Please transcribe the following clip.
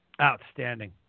Outstanding